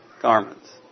garments